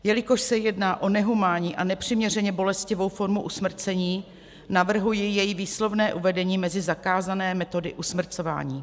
Jelikož se jedná o nehumánní a nepřiměřeně bolestivou formu usmrcení, navrhuji její výslovné uvedení mezi zakázané metody usmrcování.